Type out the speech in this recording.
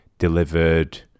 Delivered